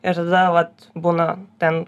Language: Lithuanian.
ir tada vat būna ten